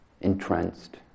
entranced